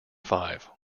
five